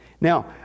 Now